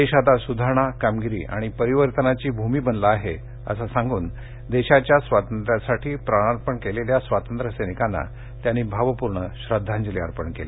देश आता सुधारणा कामगिरी आणि परिवर्तनाची भूमी बनला आहे असं सांगून देशाच्या स्वातंत्र्यासाठी प्राणार्पण केलेल्या स्वातंत्र्य सैनिकांना त्यांनी भावपूर्ण श्रद्धांजली अर्पण केली